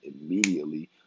immediately